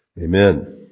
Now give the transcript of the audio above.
Amen